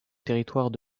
territoire